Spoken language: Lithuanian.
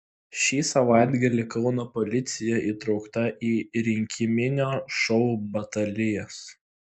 šį savaitgalį kauno policija įtraukta į rinkiminio šou batalijas